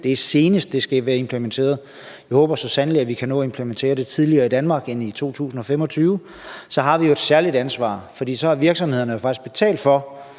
skal senest være implementeret i 2025. Jeg håber så sandelig, at vi kan nå at implementere det tidligere i Danmark end i 2025. Vi har jo et særligt ansvar, fordi virksomhederne så faktisk